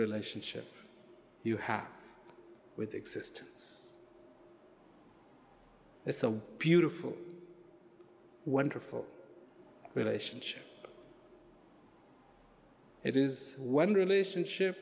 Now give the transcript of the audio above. relationship you have with existence it's a beautiful wonderful relationship it is when relationship